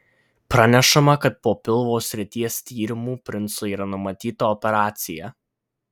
pranešama kad po pilvo srities tyrimų princui yra numatyta operacija